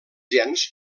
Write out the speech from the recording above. gens